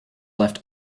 left